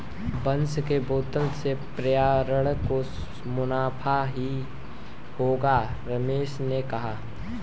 बांस के बोतल से पर्यावरण को मुनाफा ही होगा रमेश ने कहा